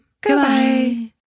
goodbye